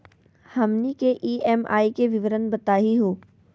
हमनी के ई.एम.आई के विवरण बताही हो?